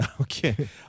Okay